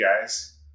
guys